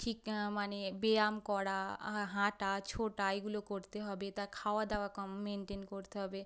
ঠিক মানে ব্যায়াম করা হাঁটা ছোটা এগুলো করতে হবে তার খাওয়া দাওয়া কম মেনটেন করতে হবে